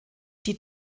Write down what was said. die